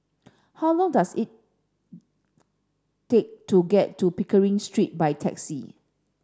how long does it take to get to Pickering Street by taxi